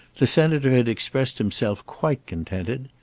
the senator had expressed himself quite contented.